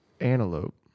antelope